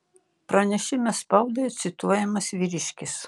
pranešime spaudai cituojamas vyriškis